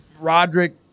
Roderick